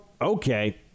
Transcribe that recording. okay